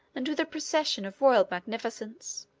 and with a procession of royal magnificence.